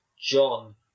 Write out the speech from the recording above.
John